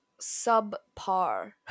subpar